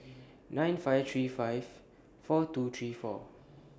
nine five three five four two three four